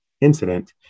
incident